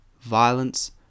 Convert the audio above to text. Violence